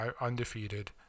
undefeated